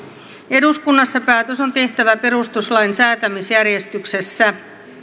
eduskunnassa päätös on tehtävä perustuslain säätämisjärjestyksessä